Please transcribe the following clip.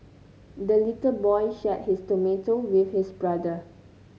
the little boy shared his tomato with his brother